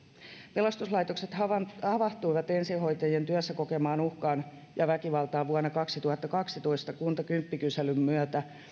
pelastuslaitokset havahtuivat havahtuivat ensihoitajien työssä kokemaan uhkaan ja väkivaltaan vuonna kaksituhattakaksitoista kuntakymppi kyselyn myötä